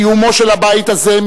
קיומו של הבית הזה,